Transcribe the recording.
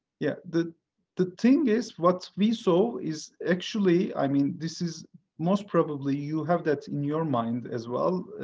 yeah, the the thing is what we saw is actually i mean, this is most probably you have that in your mind as well.